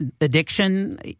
addiction